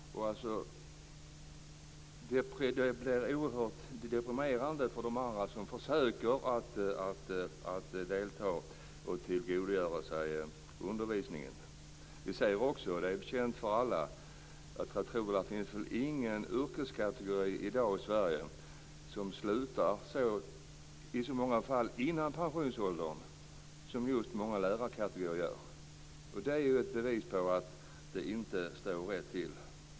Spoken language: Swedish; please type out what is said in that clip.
Det blir alltså oerhört deprimerande för de andra som försöker delta i och tillgodogöra sig undervisningen. Det finns väl ingen yrkeskategori i dag i Sverige - jag tror att det är känt för alla - som i så många fall slutar före pensionsåldern som just många lärarkategorier gör. Det är ett bevis på att det inte står rätt till.